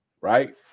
Right